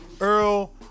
Earl